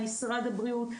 עם משרד הבריאות,